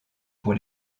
pour